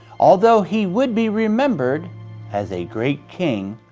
although he would be remembered as a great king,